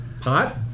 Pot